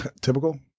typical